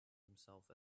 himself